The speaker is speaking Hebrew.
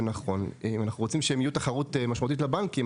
וזה נכון אנחנו רוצים שהם יהוו תחרות משמעותית לבנקים,